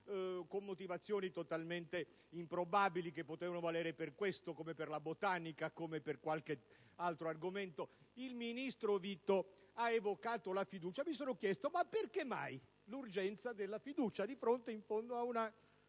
con motivazioni totalmente improbabili che potevano valere per questo come per la botanica e per qualche altro argomento, il ministro Vito ha evocato la fiducia mi sono chiesto perché mai si è scelta l'urgenza della fiducia di fronte a una